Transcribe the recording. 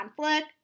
conflict